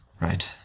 Right